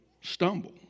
stumble